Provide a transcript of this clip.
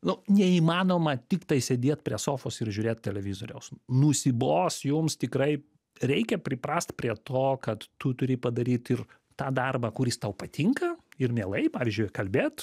nu neįmanoma tiktai sėdėt prie sofos ir žiūrėt televizoriaus nusibos jums tikrai reikia priprast prie to kad tu turi padaryt ir tą darbą kuris tau patinka ir mielai pavyzdžiui ir kalbėt